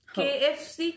kfc